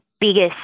biggest